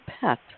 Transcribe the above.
pet